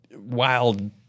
Wild